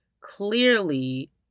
clearly